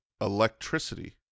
electricity